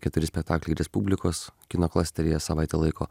keturi spektakliai respublikos kino klasteryje savaitę laiko